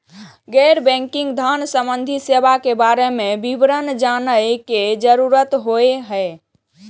गैर बैंकिंग धान सम्बन्धी सेवा के बारे में विवरण जानय के जरुरत होय हय?